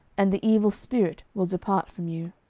and the evil spirit will depart from you